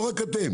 לא רק אתם.